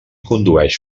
condueix